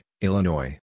Illinois